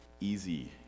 easy